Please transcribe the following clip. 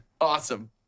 Awesome